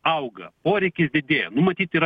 auga poreikis didėja nu matyt yra